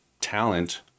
talent